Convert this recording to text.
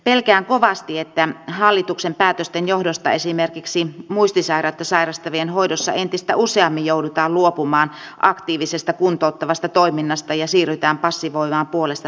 pelkään kovasti että hallituksen päätösten johdosta esimerkiksi muistisairautta sairastavien hoidossa entistä useammin joudutaan luopumaan aktiivisesta kuntouttavasta toiminnasta ja siirrytään passivoivaan puolesta tekemiseen